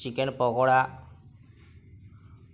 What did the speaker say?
chicken pakora